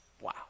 Wow